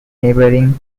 neighboring